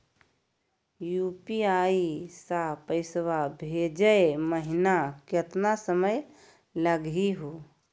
UPI स पैसवा भेजै महिना केतना समय लगही हो?